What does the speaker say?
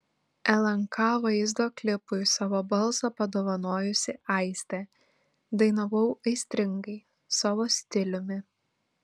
lnk vaizdo klipui savo balsą padovanojusi aistė dainavau aistringai savo stiliumi